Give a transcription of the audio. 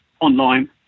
online